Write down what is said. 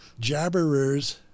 jabberers